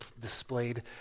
displayed